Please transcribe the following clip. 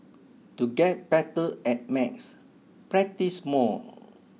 to get better at maths practise more